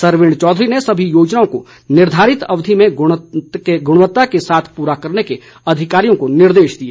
सरवीण चौधरी ने सभी योजनाओं को निर्धारित अवधि में गुणवत्ता के साथ पूरा करने के अधिकारियों को निर्देश दिए